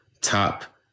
top